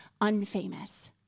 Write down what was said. unfamous